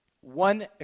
one